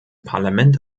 parlament